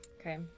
Okay